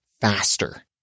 faster